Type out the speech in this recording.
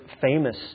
famous